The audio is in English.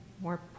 more